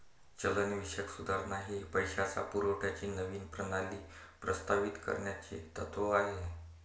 चलनविषयक सुधारणा हे पैशाच्या पुरवठ्याची नवीन प्रणाली प्रस्तावित करण्याचे तत्त्व आहे